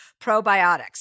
probiotics